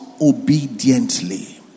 Obediently